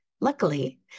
Luckily